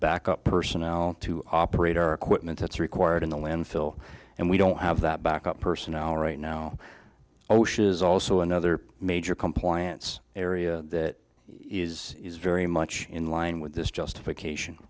backup personnel to operate our equipment that's required in the landfill and we don't have that backup person now right now oh shiz also another major compliance area that is very much in line with this justification